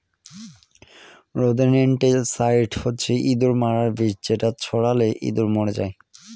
rodenticide হচ্ছে ইঁদুর মারার বিষ যেটা ছড়ালে ইঁদুর মরে যায়